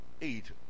eat